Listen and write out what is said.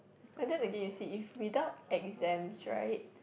and then again you see if without exams right